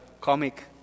comic